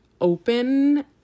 open